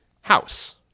house